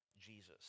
Jesus